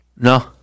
No